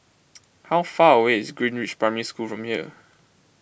how far away is Greenridge Primary School from here